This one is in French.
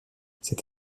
cette